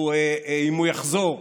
אם הוא יחזור,